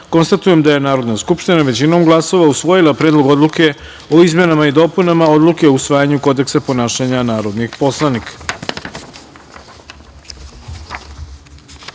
poslanika. Konstatujem da je Narodna skupština većinom glasova usvojila Predlog odluke o izmenama i dopunama Odluke o usvajanju Kodeksa ponašanja narodnih poslanika. Prelazimo